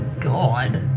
God